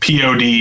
POD